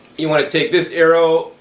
you want to take this arrow,